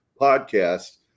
podcast